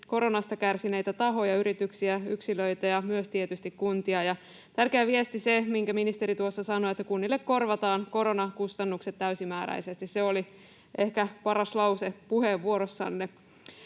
koronasta kärsineitä tahoja, yrityksiä, yksilöitä ja myös tietysti kuntia. Tärkeä viesti, minkä ministeri tuossa sanoi, on se, että kunnille korvataan koronakustannukset täysimääräisesti. Se oli ehkä paras lause puheenvuorossanne.